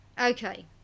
Okay